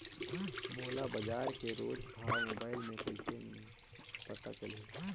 मोला बजार के रोज भाव मोबाइल मे कइसे पता चलही?